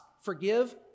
forgive